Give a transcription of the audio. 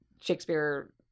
Shakespeare